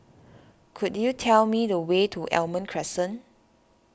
could you tell me the way to Almond Crescent